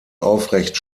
aufrecht